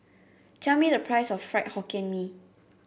tell me the price of Fried Hokkien Mee